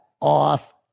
off